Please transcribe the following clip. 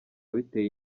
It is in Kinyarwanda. biteye